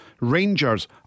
Rangers